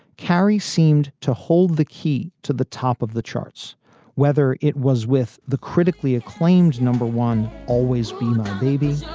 carrie seemed to hold the key to the top of the charts whether it was with the critically acclaimed number one, always be my baby